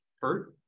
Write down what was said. hurt